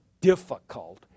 difficult